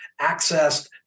accessed